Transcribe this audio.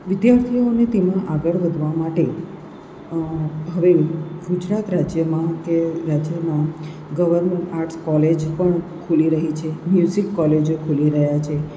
વિદ્યાર્થીઓને તેમાં આગળ વધવા માટે હવે ગુજરાત રાજ્યમાં કે રાજ્યમાં ગવર્મેન્ટ આર્ટસ કોલેજ પણ ખુલી રહી છે મ્યુઝિક કોલેજો ખુલી રહી છે